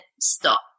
stop